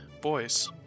boys